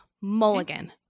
mulligan